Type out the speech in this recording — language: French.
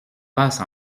passe